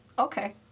Okay